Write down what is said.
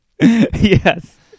Yes